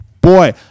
Boy